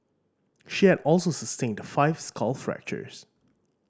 she had also sustained five skull fractures